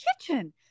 kitchen